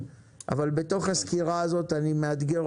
אבל מהר מאוד צריך להיבנות